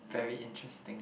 very interesting